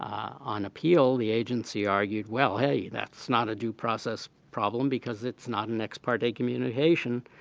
on appeal, the agency argued, well, hey. that's not a due process problem because it's not an ex parte communication.